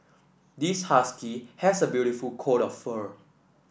this husky has a beautiful coat of fur